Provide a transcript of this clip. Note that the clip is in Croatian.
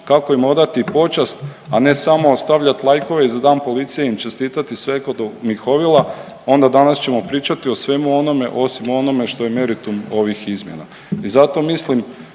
kako im odati počast, a ne samo ostavljati lajkove i za Dan policije im čestitati sv. Mihovila, onda danas ćemo pričati o svemu onome, osim onome što je meritum ovih izmjena. I zato mislim,